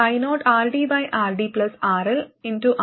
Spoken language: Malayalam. vo io RDRDRLRL